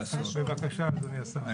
בבקשה, אדוני השר.